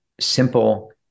simple